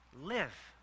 live